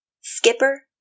skipper